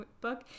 book